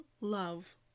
love